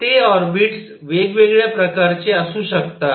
ते ऑर्बिटस वेगवेगळ्या प्रकारचे असू शकतात